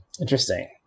Interesting